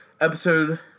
Episode